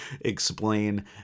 explain